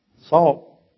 Salt